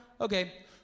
Okay